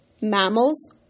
mammals